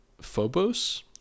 Phobos